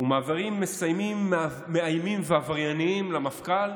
ומעבירים מסרים מאיימים ועברייניים למפכ"ל,